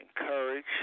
encourage